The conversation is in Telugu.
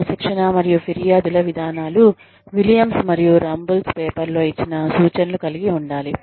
క్రమశిక్షణా మరియు ఫిర్యాదుల విధానాలు విలియమ్స్ మరియు రంబుల్స్ పేపర్లో ఇచ్చిన సూచనలు కలిగి ఉండాలి